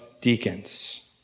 deacons